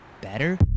better